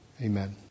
amen